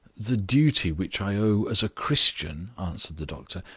the duty which i owe as a christian, answered the doctor,